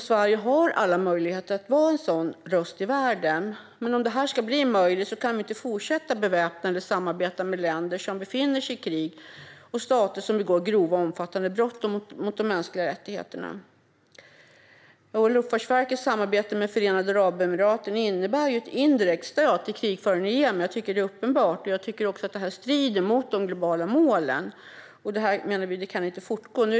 Sverige har alla möjligheter att vara en sådan röst i världen. Men om detta ska bli möjligt kan vi inte fortsätta att beväpna eller samarbeta med länder som befinner sig i krig och stater som begår grova och omfattande brott mot de mänskliga rättigheterna. Luftfartsverkets samarbete med Förenade Arabemiraten innebär ett indirekt stöd till krigföringen i Jemen. Jag tycker att detta är uppenbart och att det strider mot de globala målen. Vi menar att detta inte kan fortgå.